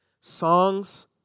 Songs